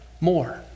more